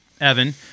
Evan